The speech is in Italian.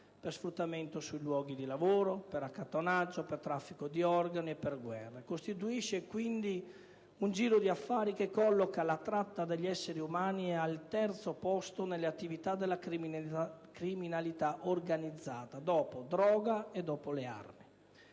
per sfruttamento sui luoghi di lavoro, per accattonaggio, per traffico di organi e per guerre; costituisce quindi un giro di affari che colloca la tratta degli esseri umani al terzo posto nelle attività della criminalità organizzata, dopo la droga e le armi.